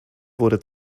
wurde